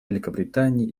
великобритании